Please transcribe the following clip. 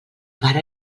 pare